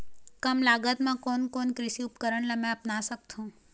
कम लागत मा कोन कोन कृषि उपकरण ला मैं अपना सकथो?